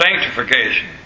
sanctification